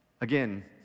Again